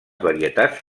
varietats